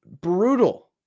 Brutal